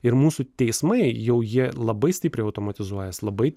ir mūsų teismai jau jie labai stipriai automatizuojas labai